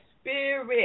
spirit